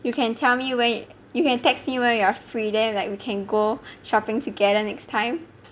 you can tell me when you can text me when you are free then like we can go shopping together next time